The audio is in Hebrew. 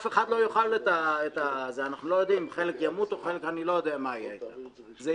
זאת אומרת, בסוף בסוף